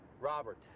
Robert